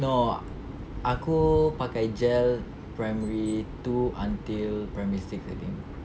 no aku pakai gel primary two until primary six I think